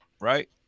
right